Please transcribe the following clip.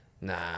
Nah